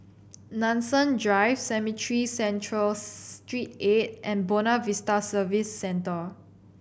Nanson Drive Cemetry Central Street eight and Buona Vista Service Centre